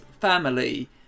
family